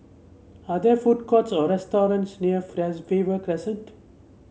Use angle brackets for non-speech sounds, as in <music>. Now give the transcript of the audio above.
are there food courts or restaurants near <unintelligible> Faber Crescent